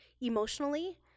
emotionally